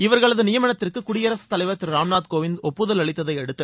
இவர்களது நியமனத்திற்கு குடியரசுத் தலைவர் திரு ராம்நாத் கோவிந்த் ஒப்புதல் அளித்ததை அடுத்து